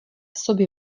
sobě